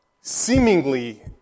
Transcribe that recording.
seemingly